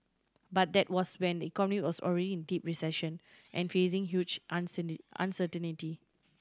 but that was when the economy was already in deep recession and facing huge uncertainty